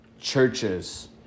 churches